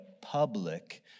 public